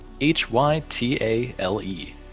H-Y-T-A-L-E